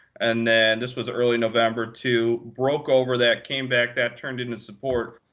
and then this was early november two. broke over that. came back. that turned into support.